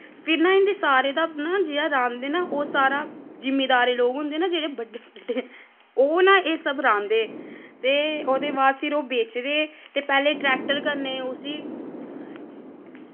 फिर ना इं'दी सारें दा ना जेहा राह्ंदे ना ओह् सारा जिमींदारें लोक होंदे न जेह्ड़े बड्डे बड्डे ओह् ना एह् सब राह्ंदे ते ओह्दे बाद फिर ओह् बेचदे ते पैह्ले ट्रैक्टर कन्नै उस्सी